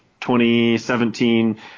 2017